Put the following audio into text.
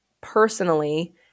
personally